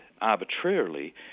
arbitrarily